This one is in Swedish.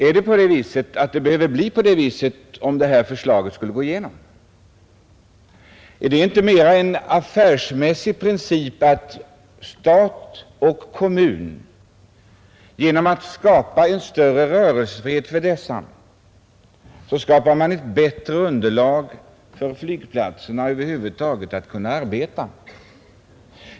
Skulle det verkligen behöva bli på det sättet som herr Gustafson säger om förslaget går igenom? Är det inte en mer affärsmässig princip att stat och kommun genom att ge flygplatserna större rörelsefrihet medverkar till att ge dem ett bättre underlag för deras arbete?